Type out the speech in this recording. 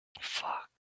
Fuck